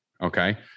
okay